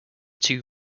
two